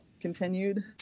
continued